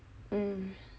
mm